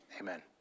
Amen